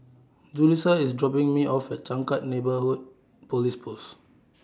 Julisa IS dropping Me off At Changkat Neighbourhood Police Post